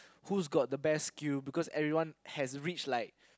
whose got the best skill because everyone has reach like